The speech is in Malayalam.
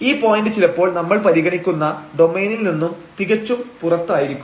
ഈ പോയന്റ് ചിലപ്പോൾ നമ്മൾ പരിഗണിക്കുന്ന ഡൊമൈനിൽ നിന്നും തികച്ചും പുറത്തായിരിക്കും